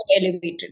elevated